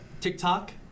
TikTok